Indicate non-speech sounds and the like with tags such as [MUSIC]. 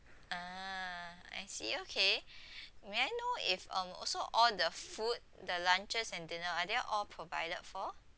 ah I see okay [BREATH] may I know if um also all the food the lunches and dinner are they all provided for